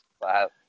Wow